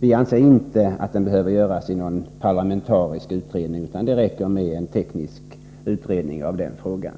Vi anser inte att den behöver göras i en parlamentarisk utredning, utan det räcker med en teknisk utredning av den frågan.